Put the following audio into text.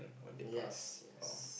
yes